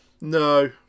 No